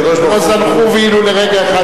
הקדוש-ברוך-הוא, לא זנחו, ולו לרגע אחד,